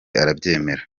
arabyemera